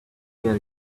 get